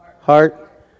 heart